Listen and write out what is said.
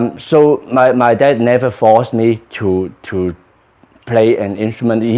and so my my dad never forced me to to play an instrument. yeah